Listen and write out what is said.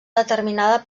determinada